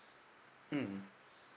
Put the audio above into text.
mm